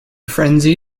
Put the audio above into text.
frenzy